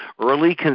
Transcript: early